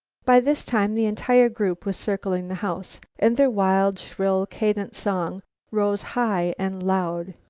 by this time the entire group were circling the house, and their wild shrill cadent song rose high and loud